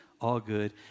all-good